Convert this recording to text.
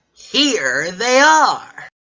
here they are.